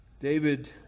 David